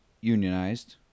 unionized